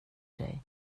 dig